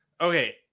Okay